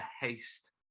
haste